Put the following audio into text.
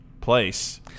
Place